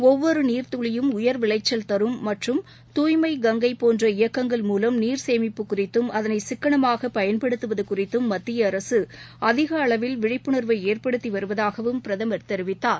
ஒவ்வொரு நீர்த்துளியும் உயர் விளைச்சல் தரும் மற்றும் தூய்மை கங்கை போன்ற இயக்கங்கள் மூலம் நீர் சேமிப்பு குறித்தும் அதனை சிக்கனமாக பயன்படுத்துவது குறித்தும் மத்திய அரசு அதிக அளவில் விழிப்புணர்வை ஏற்படுத்தி வருவதாகவும் பிரதமர் தெரிவித்தார்